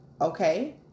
Okay